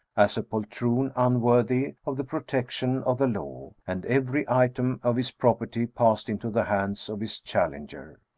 as a poltroon unworthy of the protection of the law, and every item of his property, passed into the hands of his challenger.